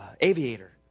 aviator